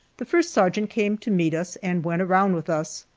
the first sergeant came to meet us, and went around with us.